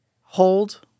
hold